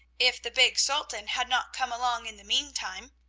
if the big sultan had not come along in the meantime.